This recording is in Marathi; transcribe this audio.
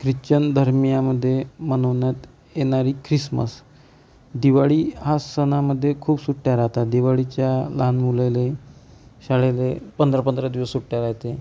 ख्रिश्चन धर्मियामध्ये मनवण्यात येणारी क्रिसमस दिवाळी हा सणामध्ये खूप सुट्ट्या राहतात दिवाळीच्या लहान मुलाना शाळेला पंधरा पंधरा दिवस सुट्ट्या राहते